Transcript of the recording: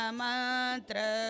mantra